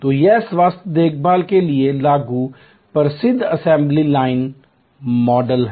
तो यह स्वास्थ्य देखभाल के लिए लागू प्रसिद्ध असेंबली लाइन मॉडल है